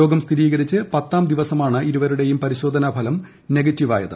രോഗം സ്ഥിരീകരിച്ച് പത്താം ദിവസമാണ് ഇരുവരു്ടെയും പരിശോധനാ ഫലം നെഗറ്റീവായത്